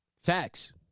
Facts